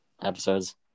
episodes